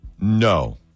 No